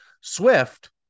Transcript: SWIFT